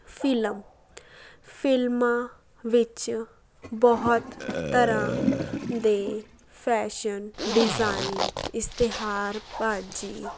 film ਫਿਲਮਾਂ ਵਿੱਚ ਬਹੁਤ ਤਰ੍ਹਾਂ ਦੇ ਫੈਸ਼ਨ ਡਿਜਾਈਨ ਇਸ਼ਤਿਹਾਰਬਾਜ਼ੀ